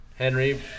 Henry